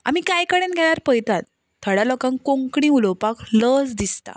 आमी कांय कडेन घेल्यार पळयतात थोड्यां लोकांक कोंकणी उलोवपाक लज दिसता